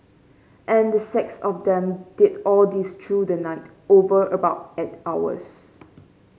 and the six of them did all this through the night over about eight hours